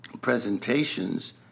presentations